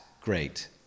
great